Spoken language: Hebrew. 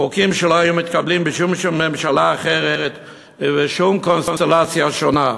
חוקים שלא היו מתקבלים בשום ממשלה אחרת ובשום קונסטלציה שונה.